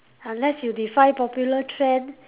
unless you define popular trend